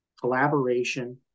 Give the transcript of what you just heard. collaboration